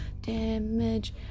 damage